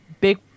Big